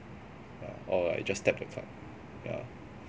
yeah or like just tap the card yeah